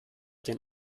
den